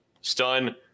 stun